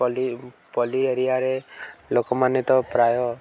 ପଲ୍ଲୀ ପଲ୍ଲୀ ଏରିଆରେ ଲୋକମାନେ ତ ପ୍ରାୟ